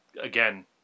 again